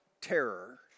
terror